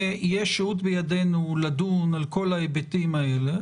ותהיה שהות בידינו לדון על כל ההיבטים האלה,